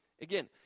Again